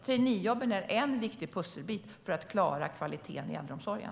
Traineejobben är en viktig pusselbit för att klara kvaliteten i äldreomsorgen.